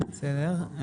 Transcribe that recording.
בסדר.